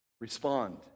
Respond